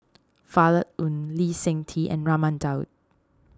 Violet Oon Lee Seng Tee and Raman Daud